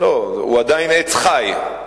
הוא עדיין עץ חי.